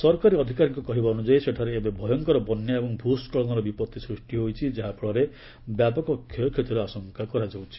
ସରକାରୀ ଅଧିକାରୀଙ୍କ କହିବା ଅନୁଯାୟୀ ସେଠାରେ ଏବେ ଭୟଙ୍କର ବନ୍ୟା ଏବଂ ଭ୍ ସ୍କଳନର ବିପଭି ସୃଷ୍ଟି ହୋଇଛି ଯାହାଫଳରେ ବ୍ୟାପକ କ୍ଷୟକ୍ଷତିର ଆଶଙ୍କା ରହିଛି